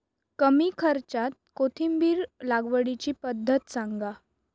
कमी खर्च्यात कोथिंबिर लागवडीची पद्धत सांगा